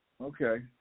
Okay